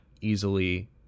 easily